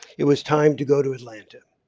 it was time to go to atlanta.